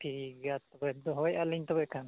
ᱴᱷᱤᱠ ᱜᱮᱭᱟ ᱛᱚᱵᱮ ᱫᱚᱦᱚᱭᱮᱫᱼᱟ ᱞᱤᱧ ᱛᱚᱵᱮ ᱠᱷᱟᱱ